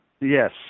Yes